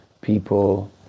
people